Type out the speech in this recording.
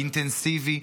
אינטנסיבי,